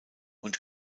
und